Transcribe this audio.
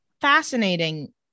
fascinating